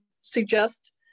suggest